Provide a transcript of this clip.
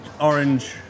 orange